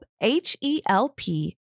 H-E-L-P